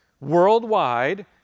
worldwide